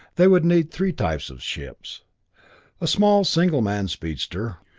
they would need three types of ships a small single-man speedster,